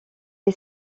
est